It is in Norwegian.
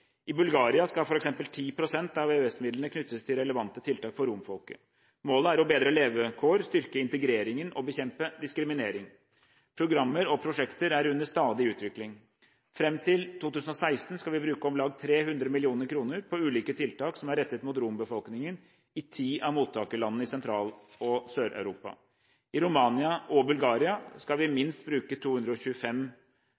I Bulgaria skal f.eks. 10 pst. av EØS-midlene knyttes til relevante tiltak for romfolket. Målet er å bedre levekår, styrke integreringen og bekjempe diskriminering. Programmer og prosjekter er under stadig utvikling. Fram til 2016 skal vi bruke om lag 300 mill. kr på ulike tiltak som er rettet mot rombefolkningen i ti av mottakerlandene i Sentral- og Sør-Europa. I Romania og Bulgaria skal vi